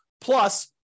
plus